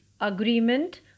agreement